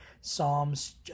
Psalms